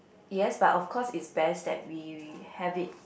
yes but of course it's best that we we have it